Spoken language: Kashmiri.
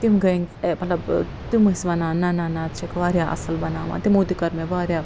تِم گٔے مطلب تِم ٲسۍ وَنان نہَ نہَ نہَ ژٕ چھَکھ واریاہ اَصٕل بناوان تِمَو تہِ کٔر مےٚ واریاہ